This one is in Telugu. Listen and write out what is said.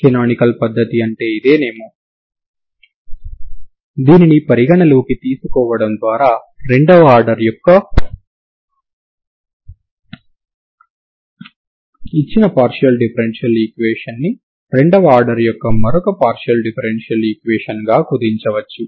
కనానికల్ పద్దతి అంటే ఇదేనేమో దీనిని పరిగణలోకి తీసుకోవడం ద్వారా రెండవ ఆర్డర్ యొక్క ఇచ్చిన పార్షియల్ డిఫరెన్షియల్ ఈక్వేషన్ ని రెండవ ఆర్డర్ యొక్క మరొక పార్షియల్ డిఫరెన్షియల్ ఈక్వేషన్ గా కుదించవచ్చు